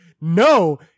No